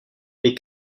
les